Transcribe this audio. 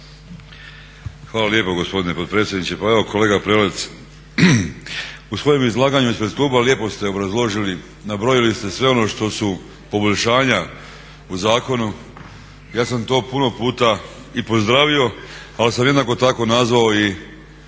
Hvala lijepo gospodine potpredsjedniče. Pa evo kolega Prelec u svojem izlaganju ispred kluba lijepo ste obrazložili, nabrojili ste sve ono što su poboljšanja u zakonu. Ja sam to puno puta i pozdravio ali sam jednako tako nazvao i